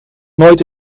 nooit